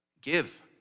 Give